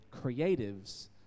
creatives